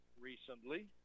recently